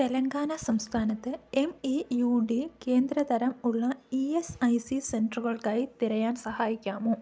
തെലങ്കാന സംസ്ഥാനത്ത് M E U D കേന്ദ്ര തരം ഉള്ള ഇ എസ് ഐ സി സെൻ്ററുകൾക്കായി തിരയാൻ സഹായിക്കാമോ